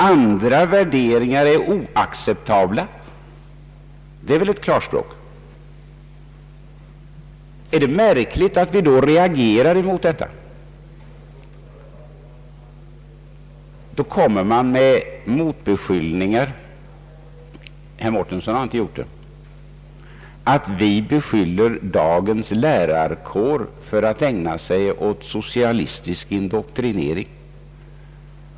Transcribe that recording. Andra värderingar är oacceptabla.” Det är väl klarspråk. Är det märkligt att vi reagerar mot detta? När vi reagerar riktas motbeskyllningar mot oss; men inte av herr Mårtensson. Det har anförts att vi beskyller dagens lärarkår för att ägna sig åt socialistisk indoktrinering.